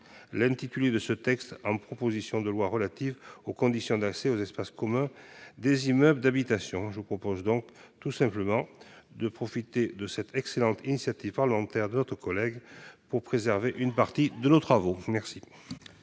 l'intitulé de ce texte, qui deviendrait une proposition de loi relative aux conditions d'accès aux espaces communs des immeubles d'habitation. Je vous propose ainsi tout simplement de profiter de l'excellente initiative parlementaire de notre collègue pour préserver une partie de nos travaux. La